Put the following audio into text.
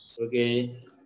Okay